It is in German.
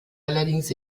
allerdings